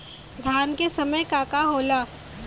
धान के समय का का होला?